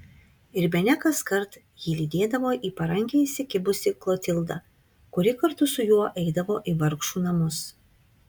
ir bene kaskart jį lydėdavo į parankę įsikibusi klotilda kuri kartu su juo eidavo į vargšų namus